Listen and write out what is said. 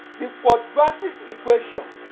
the quadratic equation